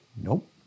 Nope